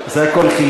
באמת.